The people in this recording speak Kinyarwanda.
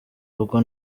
ubwo